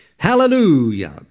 Hallelujah